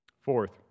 Fourth